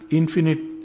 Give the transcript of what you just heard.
infinite